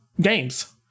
games